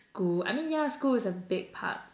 school I mean yeah school is a big part